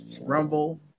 Rumble